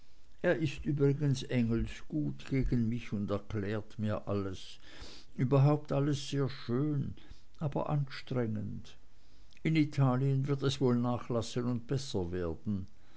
er ist übrigens engelsgut gegen mich und erklärt mir alles überhaupt alles sehr schön aber anstrengend in italien wird es wohl nachlassen und besser werden